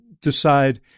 decide